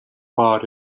paar